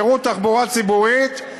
שירות תחבורה ציבורית,